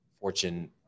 fortune